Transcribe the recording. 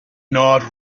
not